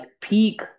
peak